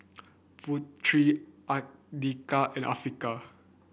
Putri Andika and Afiqah